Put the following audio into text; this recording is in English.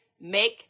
Make